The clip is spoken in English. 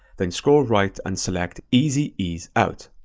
then scroll right and select easy ease out.